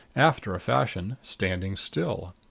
after a fashion, standing still.